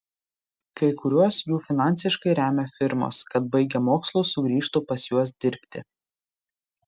kai kuriuos jų finansiškai remia firmos kad baigę mokslus sugrįžtų pas juos dirbti